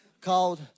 Called